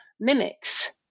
mimics